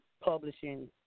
publishing